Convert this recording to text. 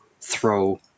throw